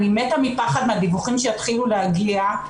אני מתה מפחד מהדיווחים שיתחילו להגיע.